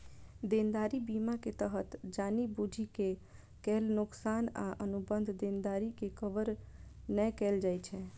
देनदारी बीमा के तहत जानि बूझि के कैल नोकसान आ अनुबंध देनदारी के कवर नै कैल जाइ छै